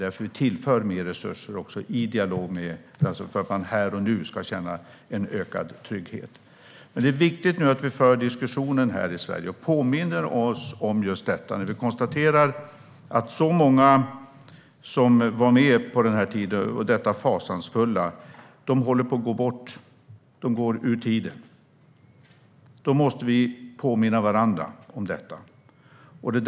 Därför tillför vi resurser, för att man här och nu ska känna en ökad trygghet. Det är viktigt att vi nu för diskussionen här i Sverige och påminner oss om just detta. De som var med på den tiden och var med om detta fasansfulla håller nu på att gå bort. De går ur tiden. Då måste vi påminna varandra om detta.